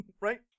Right